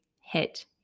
hit